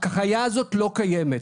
החיה הזאת לא קיימת,